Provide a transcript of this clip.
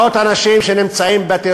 יש מאות אנשים שנמצאים,